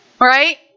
Right